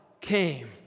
came